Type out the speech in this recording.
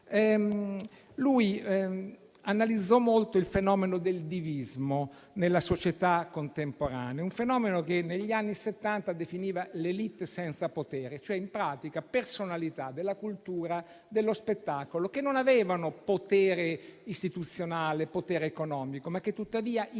analizzò molto il fenomeno del divismo nella società contemporanea: un fenomeno che negli anni Settanta definiva l'*élite* senza potere, cioè in pratica personalità della cultura e dello spettacolo che non avevano potere istituzionale o potere economico, ma che tuttavia influenzavano